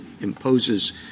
imposes